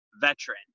veteran